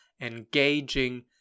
engaging